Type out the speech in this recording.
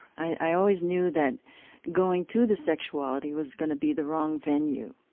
i always knew that going to the sexuality was going to be the wrong venue.